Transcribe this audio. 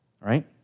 Right